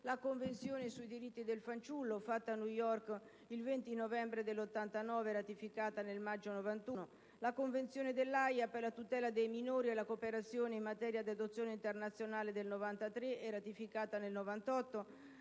la Convenzione sui diritti del fanciullo, fatta a New York il 20 novembre del 1989 e ratificata nel maggio 1991; la Convenzione dell'Aia per la tutela dei minori e la cooperazione in materia di adozione internazionale del 1993 e ratificata nel 1998;